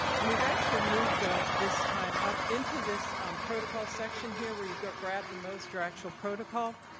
and we've actually moved um this time up into this protocol section here where you go grab the most or actual protocol.